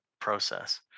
process